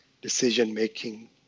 decision-making